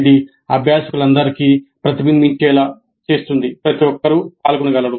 ఇది అభ్యాసకులందరికీ ప్రతిబింబించేలా చేస్తుంది ప్రతి ఒక్కరూ పాల్గొనగలరు